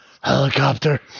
helicopter